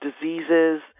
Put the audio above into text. diseases